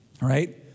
right